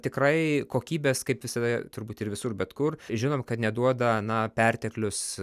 tikrai kokybės kaip visada turbūt ir visur bet kur žinom kad neduoda na perteklius